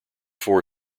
four